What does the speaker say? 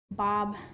Bob